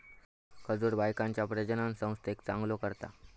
खजूर बायकांच्या प्रजननसंस्थेक चांगलो करता